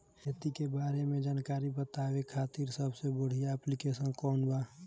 खेती के बारे में जानकारी बतावे खातिर सबसे बढ़िया ऐप्लिकेशन कौन बा?